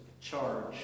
charge